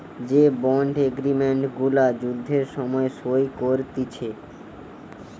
যে bond agreement গুলা যুদ্ধের সময় সই করতিছে